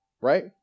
right